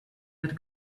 had